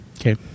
Okay